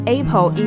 Apple